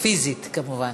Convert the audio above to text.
פיזית כמובן.